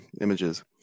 images